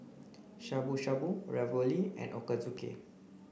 Shabu Shabu Ravioli and Ochazuke